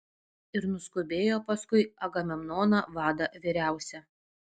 ir nuskubėjo paskui agamemnoną vadą vyriausią